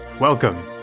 Welcome